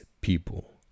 people